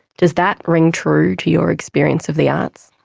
does that ring true to your experience of the arts?